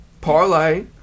Parlay